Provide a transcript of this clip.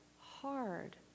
hard